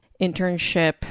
internship